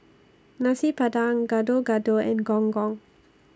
Nasi Padang Gado Gado and Gong Gong